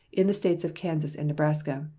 in the states of kansas and nebraska,